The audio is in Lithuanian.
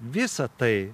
visa tai